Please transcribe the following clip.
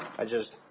i just.